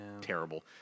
Terrible